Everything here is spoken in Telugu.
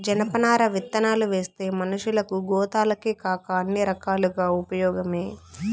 జనపనార విత్తనాలువేస్తే మనషులకు, గోతాలకేకాక అన్ని రకాలుగా ఉపయోగమే